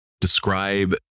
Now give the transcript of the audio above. describe